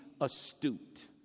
astute